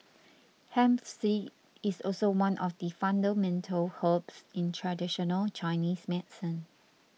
hemp seed is also one of the fundamental herbs in traditional Chinese medicine